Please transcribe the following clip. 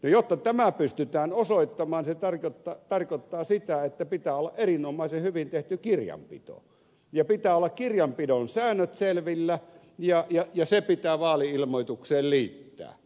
jotta tämä pystytään osoittamaan se tarkoittaa sitä että pitää olla erinomaisen hyvin tehty kirjanpito pitää olla kirjanpidon säännöt selvillä ja se pitää vaali ilmoitukseen liittää